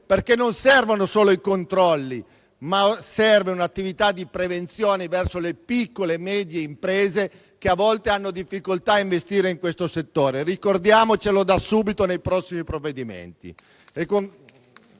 perché non servono solo i controlli, ma serve un'attività di prevenzione verso le piccole e medie imprese che a volte hanno difficoltà ad investire in questo settore. Ricordiamocelo da subito nei prossimi provvedimenti.